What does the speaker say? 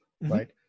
right